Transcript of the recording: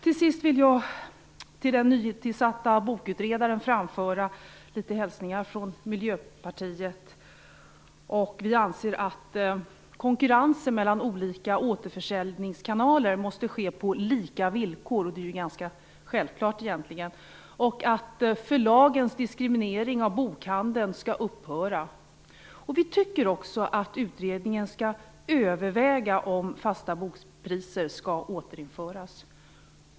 Till sist vill jag till den nytillsatta bokutredaren framföra litet hälsningar från Miljöpartiet. Vi anser att konkurrensen mellan olika återförsäljningskanaler måste ske på lika villkor, vilket egentligen är ganska självklart, och att förlagens diskriminering av bokhandeln skall upphöra. Vi tycker också att utredningen skall överväga om fasta bokpriser skall återinföras.